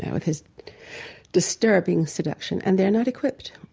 with his disturbing seduction, and they're not equipped